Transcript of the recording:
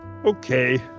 okay